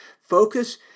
focus